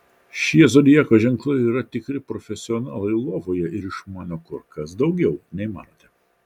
šie zodiako ženklai yra tikri profesionalai lovoje ir išmano kur kas daugiau nei manote